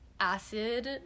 acid